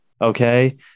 okay